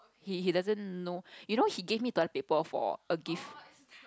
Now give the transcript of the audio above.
he he doesn't know you know he give me toilet paper for a gift